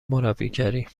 مربیگری